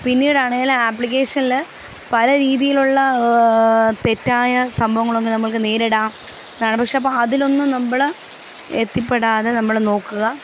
പിന്നീടാണെങ്കിൽ ആപ്ലിക്കേഷനിൽ പലരീതിയിലുള്ള തെറ്റായ സംഭവങ്ങളൊന്നും നമ്മൾക്ക് നേരിടാ പക്ഷേ അതിലൊന്നും നമ്മൾ എത്തിപ്പെടാതെ നമ്മൾ നോക്കുക